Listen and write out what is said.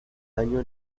año